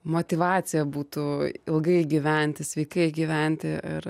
motyvacija būtų ilgai gyventi sveikai gyventi ir